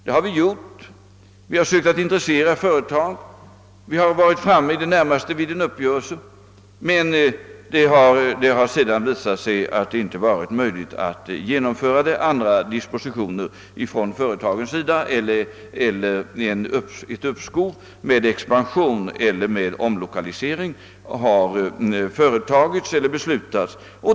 Det har vi också gjort. Vi har försökt intressera företag och har i flera fall nästan varit framme vid en uppgörelse, men sedan har det visat sig att det inte varit möjligt att genomföra projekten. Företagen har beslutat om andra dispositioner, om uppskov med expansionen eller om en omlokalisering.